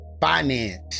finance